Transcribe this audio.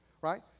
Right